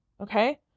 Okay